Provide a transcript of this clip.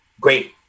great